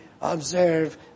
observe